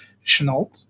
Chenault